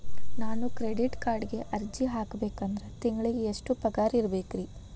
ನಾನು ಕ್ರೆಡಿಟ್ ಕಾರ್ಡ್ಗೆ ಅರ್ಜಿ ಹಾಕ್ಬೇಕಂದ್ರ ತಿಂಗಳಿಗೆ ಎಷ್ಟ ಪಗಾರ್ ಇರ್ಬೆಕ್ರಿ?